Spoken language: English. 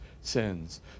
sins